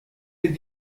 les